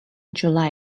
july